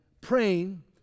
praying